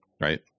right